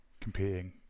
competing